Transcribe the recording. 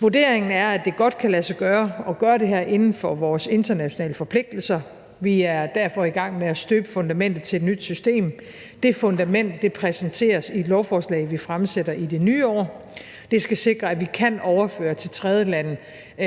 Vurderingen er, at det godt kan lade sig gøre at gøre det her inden for vores internationale forpligtelser. Vi er derfor i gang med at støbe fundamentet til et nyt system. Det fundament præsenteres i et lovforslag, vi fremsætter i det nye år. Det skal sikre, at vi kan overføre til tredjelande,